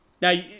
now